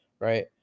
right